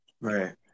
Right